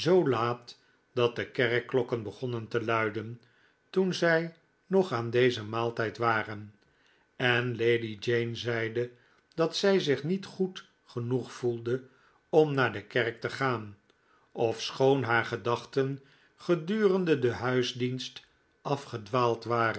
laat dat de kerkklokken begonnen te luiden toen zij nog aan dezen maaltijd waren en lady jane zeide dat zij zich niet goed genoeg voelde om naar de kerk te gaan ofschoon haar gedachten gedurende den huisdienst afgedwaald waren